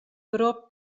berop